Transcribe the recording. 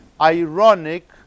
ironic